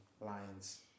lines